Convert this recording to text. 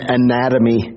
anatomy